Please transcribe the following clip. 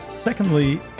Secondly